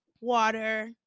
water